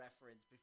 reference